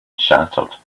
shattered